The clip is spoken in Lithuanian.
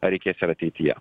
reikės ir ateityje